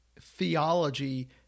theology